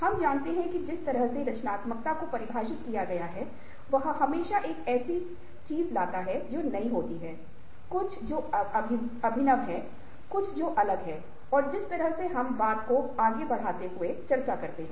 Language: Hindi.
हम जानते हैं कि जिस तरह से रचनात्मकता को परिभाषित किया गया है वह हमेशा एक ऐसी चीज लाता है जो नई होती है कुछ जो अभिनव है कुछ जो अलग है और जिस तरह से इस बात को आगे बढ़ेंते हुए हम चर्चा करेंगे